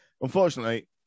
unfortunately